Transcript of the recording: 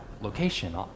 location